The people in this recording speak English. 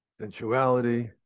sensuality